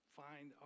find